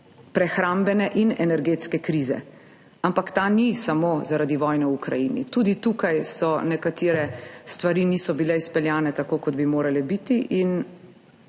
prehrambne in energetske krize. Ampak ta ni samo zaradi vojne v Ukrajini. Tudi tukaj nekatere stvari niso bile izpeljane tako, kot bi morale biti.